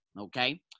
okay